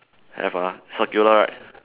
have ah circular right